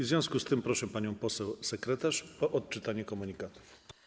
W związku z tym proszę panią poseł sekretarz o odczytanie komunikatów.